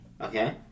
okay